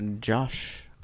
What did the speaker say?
Josh